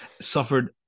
suffered